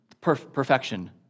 perfection